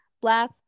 black